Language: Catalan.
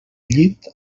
llit